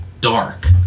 dark